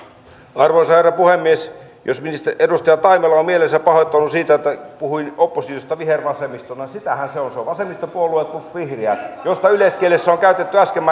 arvoisa herra puhemies edustaja taimela on mielensä pahoittanut siitä että puhuin oppositiosta vihervasemmistona mutta sitähän se on se on vasemmistopuolueet plus vihreät joista yleiskielessä on käytetty äsken